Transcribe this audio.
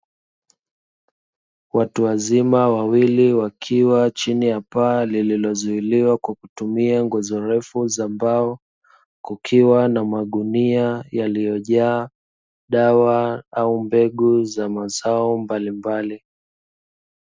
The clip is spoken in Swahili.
Watu wazima wawili wakiwa chini ya paa lililozuiliwa kwa kutumia nguzo refu za mbao, kukiwa na magunia yaliojaa dawa au mbegu za mazao mbali mbali.